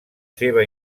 seva